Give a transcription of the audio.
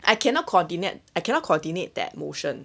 I cannot coordinate I cannot coordinate that motion